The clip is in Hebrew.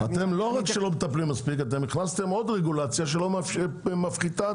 לא רק זה הכנסתם עוד רגולציה שמפחיתה את